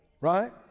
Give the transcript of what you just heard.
Right